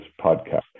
podcast